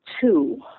two